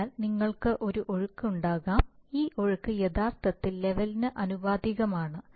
അതിനാൽ നിങ്ങൾക്ക് ഒരു ഒഴുക്ക് ഉണ്ടാകാം ഈ ഒഴുക്ക് യഥാർത്ഥത്തിൽ ലെവലിനു ആനുപാതികമാണ്